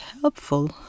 helpful